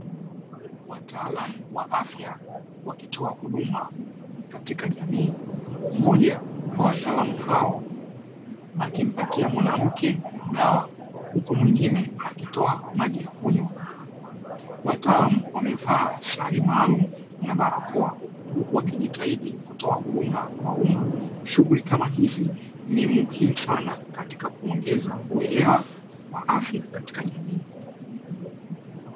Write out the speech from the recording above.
Wataalamu wa afya wakitoa huduma katika jamii moja wa wataalamu hao akimpatia mwanamke na huko mwingine akitoa maji ya kunywa, wataalamu wamevaa sare maalumu na barakoa huku wakijitahidi kutoa huduma kwa umma, shughuli kama hizi ni muhimu sana katika kuongeza uelewa wa afya katika jamii.